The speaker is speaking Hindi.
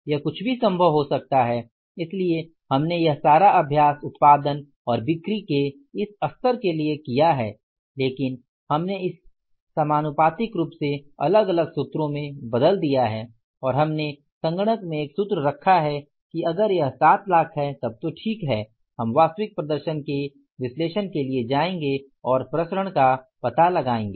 यह कुछ भी संभव हो सकता है इसलिए हमने यह सारा अभ्यास उत्पादन और बिक्री के इस स्तर के लिए किया है लेकिन हमने इसे समानुपातिक रूप से अलग अलग सूत्रों में बदल दिया है और हमने सिस्टम में एक सूत्र रखा है कि अगर यह 7 लाख है तब तो ठीक है हम वास्तविक प्रदर्शन के विश्लेषण के लिए जाएंगे और प्रसरण का पता लगायेंगे